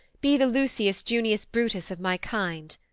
be the lucius junius brutus of my kind?